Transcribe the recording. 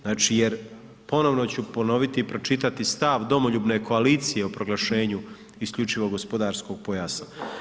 Znači jer, ponovno ću ponoviti i pročitati stav Domoljubne koalicije o proglašenju isključivo gospodarskog pojasa.